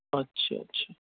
اچھا اچھا